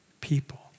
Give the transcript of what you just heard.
people